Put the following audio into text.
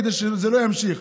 כדי שזה לא ימשיך.